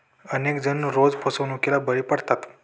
अनेक जण रोज फसवणुकीला बळी पडतात